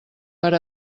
per